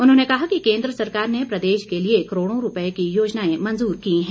उन्होंने कहा कि केन्द्र सरकार ने प्रदेश के लिए करोड़ों रूपये की योजनाएं मंजूर की हैं